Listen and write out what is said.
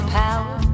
power